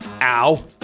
ow